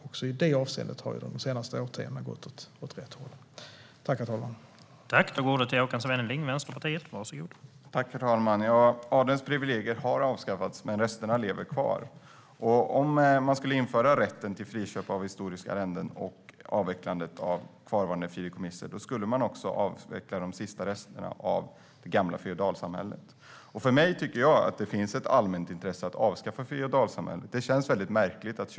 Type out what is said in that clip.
Också i det avseendet har det gått åt rätt håll de senaste årtiondena.